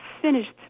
finished